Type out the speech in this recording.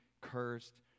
cursed